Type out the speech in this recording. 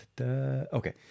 Okay